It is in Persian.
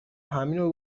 همینو